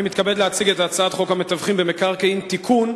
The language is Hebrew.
אני מתכבד להציג את הצעת חוק המתווכים במקרקעין (תיקון,